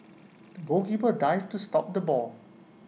the goalkeeper dived to stop the ball